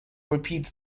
repeats